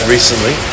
recently